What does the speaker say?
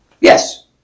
Yes